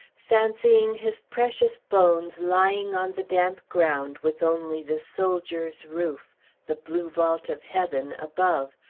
fancying his precious bones lying on the damp ground with only the soldier's roof the blue vault of heaven above,